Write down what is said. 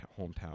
hometown